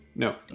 No